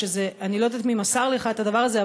אני לא יודעת מי מסר לך את הדבר הזה,